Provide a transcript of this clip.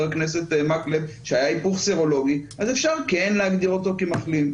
הכנסת מקלב שהיה היפוך סרולוגי אז אפשר כן להגדיר אותו כמחלים,